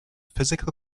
physical